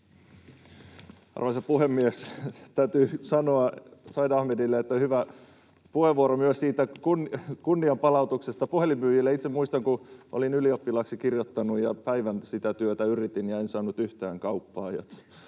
Arvoisa puhemies! Täytyy sanoa Said Ahmedille, että hyvä puheenvuoro myös siitä kunnianpalautuksesta puhelinmyyjille. Itse muistan, kun olin ylioppilaaksi kirjoittanut ja päivän sitä työtä yritin. En saanut yhtään kauppaa,